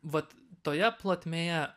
vat toje plotmėje